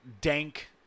dank